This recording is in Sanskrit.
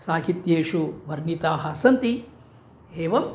साहित्येषु वर्णिताः सन्ति एवम्